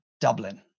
Dublin